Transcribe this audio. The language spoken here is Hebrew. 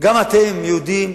גם אתם יהודים,